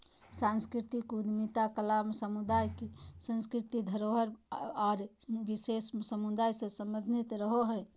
सांस्कृतिक उद्यमिता कला समुदाय, सांस्कृतिक धरोहर आर विशेष समुदाय से सम्बंधित रहो हय